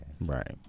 right